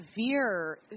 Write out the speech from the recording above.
severe